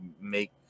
make